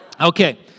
Okay